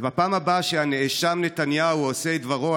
אז בפעם הבאה שהנאשם נתניהו או עושי דברו,